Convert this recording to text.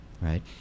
right